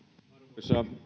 arvoisa